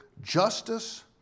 Justice